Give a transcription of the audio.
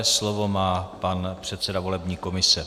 Slovo má pan předseda volební komise.